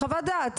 אז חוות דעת,